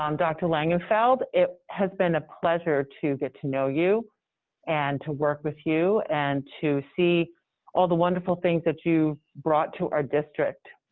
um dr. langenfeld, it has been a pleasure to get to know you and to work with you, and to see all the wonderful things that you brought to our district.